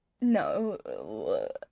No